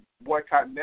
boycott